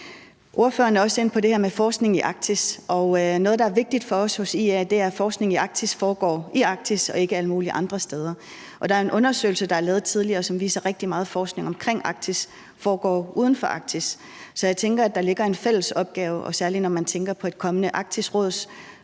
Ordføreren er også inde på det her med forskning i Arktis. Noget, der er vigtigt for os i IA, er, at forskning i Arktis foregår i Arktis og ikke alle mulige andre steder. Der er en undersøgelse, der er lavet tidligere, som viser, at rigtig meget forskning om Arktis foregår uden for Arktis. Så jeg tænker, at der ligger en fælles opgave, særlig når man tænker på et kommende